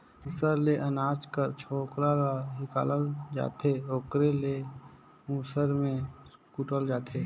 मूसर ले अनाज कर छोकला ल हिंकालल जाथे ओकरे ले मूसर में कूटल जाथे